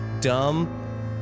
dumb